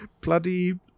Bloody